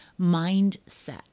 mindset